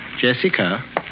Jessica